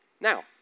Now